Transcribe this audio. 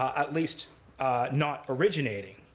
at least not originating.